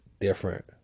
different